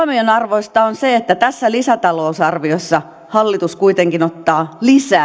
huomionarvoista on se että tässä lisätalousarviossa hallitus kuitenkin ottaa lisää velkaa velan mikä nyt